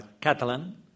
Catalan